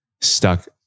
stuck